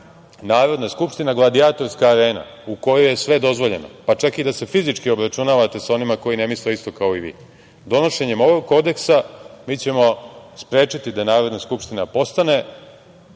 Narodna skupština gladijatorska arena u kojoj je sve dozvoljeno, pa čak i da se fizički obračunavate sa onima koji ne misle isto kao i vi. Donošenjem ovog kodeksa mi ćemo sprečiti da Narodna skupština postane